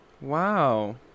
Wow